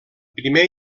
primer